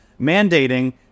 mandating